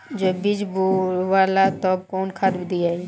जब बीज बोवाला तब कौन खाद दियाई?